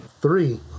Three